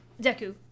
Deku